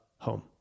Home